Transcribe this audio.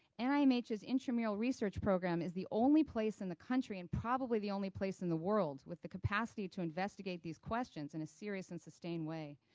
and i mean intramural research program is the only place in the country and probably the only place in the world with the capacity to investigate these questions in a serious and sustained way.